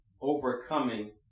overcoming